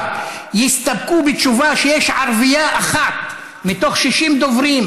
יסתפקו בתשובה שיש ערבייה אחת מתוך 60 דוברים,